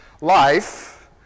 life